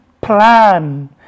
plan